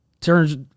turns